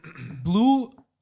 blue